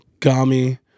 Gami